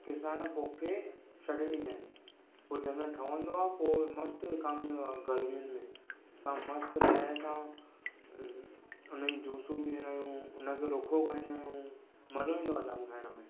किसान पोखे छॾे ॾीन्दा आहिनि पोइ जॾहिं ठवंदो आहे पोइ मस्त विकामजंदो आहे गर्मीयुनि में असां मस्त लय सां हुन जी जूसयूं पियंदा आहियूं हुन खे रुखो खाईंदा आहियूं मज़ो ईंदो आहे जाम खाईण में